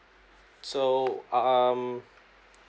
so um